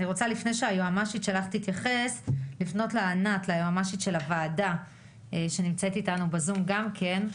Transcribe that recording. נעבור ליועצת המשפטית של הבט"פ, בבקשה.